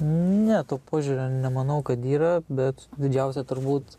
ne to požiūrio nemanau kad yra bet didžiausią turbūt